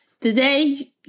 today